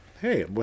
Hey